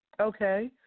Okay